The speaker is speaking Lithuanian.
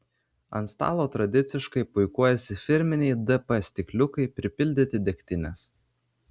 ant stalo tradiciškai puikuojasi firminiai dp stikliukai pripildyti degtinės